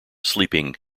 sleeping